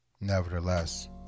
nevertheless